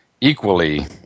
equally